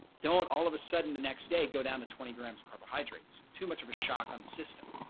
don't all of a sudden the next day go down to twenty grams of carbohydrates, too much of a shock on the system.